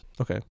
okay